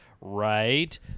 right